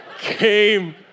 came